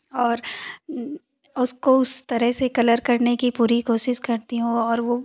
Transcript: और उसको उस तरह से कलर करने की पूरी कोशिश करती हूँ और वो